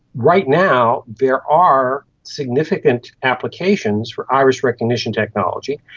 right now there are significant applications for iris recognition technology,